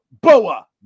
boa